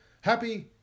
Happy